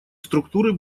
структуры